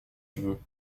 cheveux